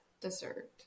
dessert